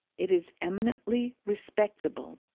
it is eminently respectable,